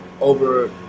Over